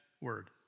word